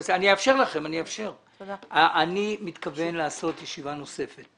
אני מתכוון לעשות ישיבה נוספת.